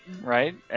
right